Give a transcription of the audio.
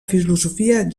filosofia